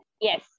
yes